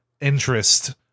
interest